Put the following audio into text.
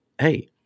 hey-